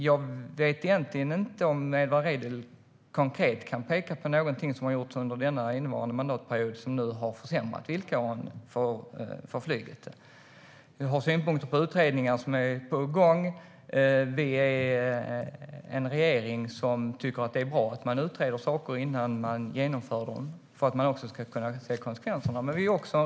Jag vet egentligen inte om Edward Riedl konkret kan peka på någonting som har gjorts under innevarande mandatperiod som har försämrat villkoren för flyget. Han har synpunkter på utredningar som är på gång. Regeringen tycker att det är bra att utreda saker innan de genomförs så att det går att se konsekvenserna.